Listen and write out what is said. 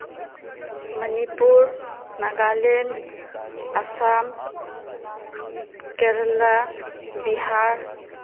Manipur Nagaland Assam Kerala Bihar